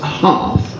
half